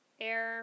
Air